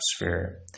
atmosphere